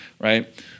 right